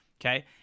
okay